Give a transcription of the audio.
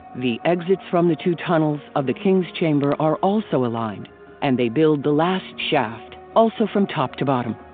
the exits from the two tunnels of the king's chamber are also aligned and they build the last shaft, also from top to bottom.